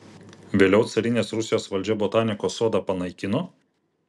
vėliau carinės rusijos valdžia botanikos sodą panaikino